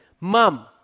Mom